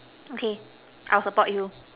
okay I'll support you